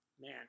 man